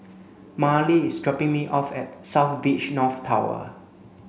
Marley is dropping me off at South Beach North Tower